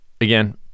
again